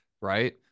right